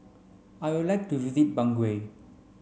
I would like to visit Bangui